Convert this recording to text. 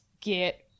get